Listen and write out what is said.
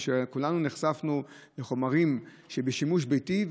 כולנו נחשפנו לחומרים שהם בשימוש ביתי,